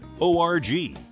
O-R-G